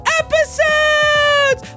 episodes